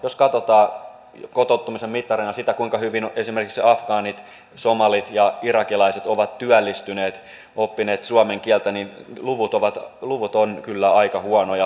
jos katsotaan kotouttamisen mittareina sitä kuinka hyvin esimerkiksi afgaanit somalit ja irakilaiset ovat työllistyneet oppineet suomen kieltä niin luvut ovat kyllä aika huonoja työttömyysprosentti ja näin